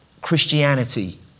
Christianity